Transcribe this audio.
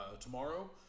tomorrow